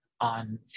on